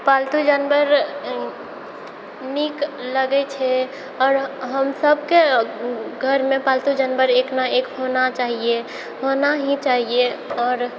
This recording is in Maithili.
पालतू जानवर नीक लगै छै आओर हम सबके घरमे पालतू जानवर एक ने एक होना चाहिए होना ही चाहिए आओर